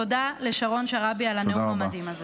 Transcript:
תודה לשרון שרעבי על הנאום המדהים הזה.